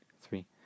three